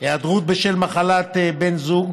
(היעדרות בשל מחלת בן זוג)